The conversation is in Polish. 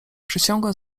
przysiągłem